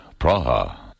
Praha